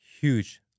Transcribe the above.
huge